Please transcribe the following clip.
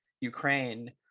Ukraine